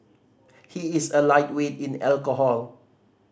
he is a lightweight in alcohol